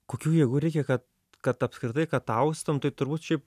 kokių jėgų reikia kad kad apskritai kad austum tai turbūt šiaip